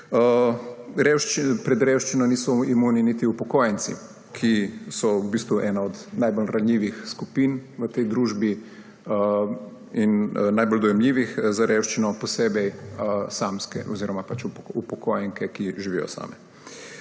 Pred revščino niso imuni niti upokojenci, ki so v bistvu ena od najbolj ranljivih skupin v tej družbi in najbolj dojemljivih za revščino, posebej upokojenke, ki živijo same.